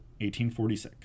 1846